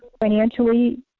financially